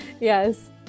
yes